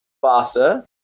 Faster